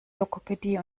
logopädie